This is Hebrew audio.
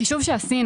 מחישוב שעשינו,